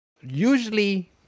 usually